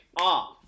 off